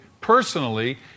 personally